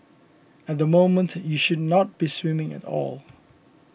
at the moment you should not be swimming at all